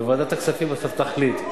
וועדת הכספים בסוף תחליט.